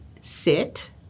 sit